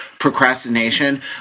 procrastination